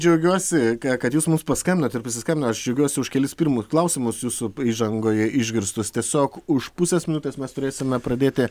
džiaugiuosi kad jūs mums paskambinot ir prisiskambinot aš džiaugiuosi už kelis pirmus klausimus jūsų įžangoje išgirstus tiesiog už pusės minutės mes turėsime pradėti